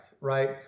right